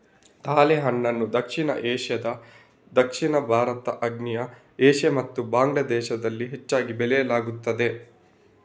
ತಾಳೆಹಣ್ಣನ್ನು ದಕ್ಷಿಣ ಏಷ್ಯಾ, ದಕ್ಷಿಣ ಭಾರತ, ಆಗ್ನೇಯ ಏಷ್ಯಾ ಮತ್ತು ಬಾಂಗ್ಲಾ ದೇಶದಲ್ಲಿ ಹೆಚ್ಚಾಗಿ ಬೆಳೆಯಲಾಗುತ್ತದೆ